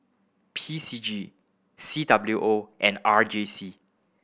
P C G C W O and R J C